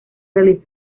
realizó